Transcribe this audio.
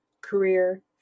career